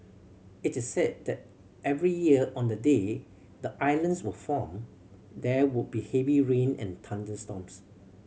it is said that every year on the day the islands were formed there would be heavy rain and thunderstorms